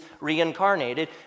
reincarnated